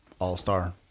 all-star